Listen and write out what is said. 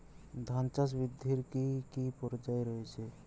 ধান চাষ বৃদ্ধির কী কী পর্যায় রয়েছে?